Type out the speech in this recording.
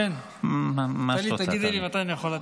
טלי, תגידי לי מתי אני יכול להתחיל?